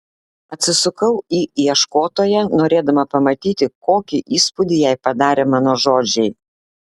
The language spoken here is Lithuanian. atsisukau į ieškotoją norėdama pamatyti kokį įspūdį jai padarė mano žodžiai